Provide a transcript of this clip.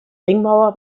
ringmauer